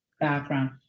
background